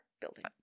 building